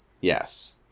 Yes